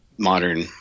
modern